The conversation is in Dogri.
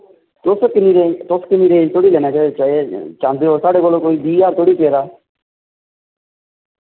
तुस किन्नी रेंज तुस किन्नी रेंज धोड़ी लेना चाह्न्दे ओ साढ़े कोल कोई बी ज्हार धोड़ी पेदा